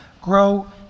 grow